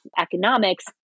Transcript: economics